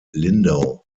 lindau